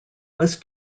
was